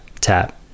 tap